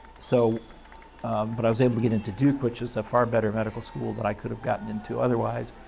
so but i was able to get into duke, which was a far better medical school than i could have gotten in to otherwise.